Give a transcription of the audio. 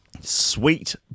Sweet